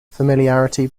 familiarity